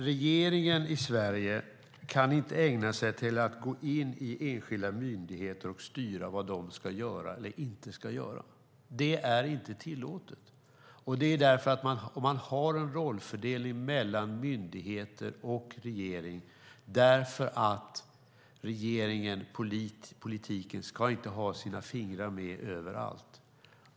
Regeringen i Sverige kan inte gå in i enskilda myndigheter och styra vad de ska göra. Det är inte tillåtet. Man har en rollfördelning mellan regeringen och myndigheter för att politiken inte ska ha sina fingrar med överallt.